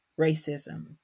racism